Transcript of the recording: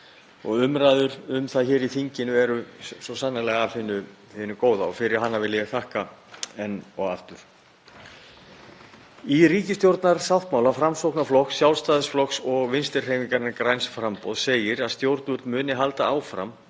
og umræður um það hér í þinginu eru svo sannarlega af hinu góða og fyrir það vil ég þakka enn og aftur. Í ríkisstjórnarsáttmála Framsóknarflokks, Sjálfstæðisflokks og Vinstrihreyfingarinnar – græns framboðs segir að stjórnvöld muni halda áfram